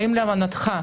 האם להבנתך,